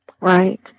Right